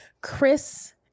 Chris